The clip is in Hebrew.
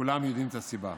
כולם יודעים את הסיבה.